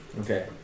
Okay